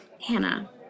Hannah